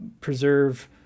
preserve